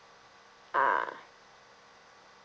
ah